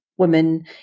women